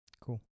Cool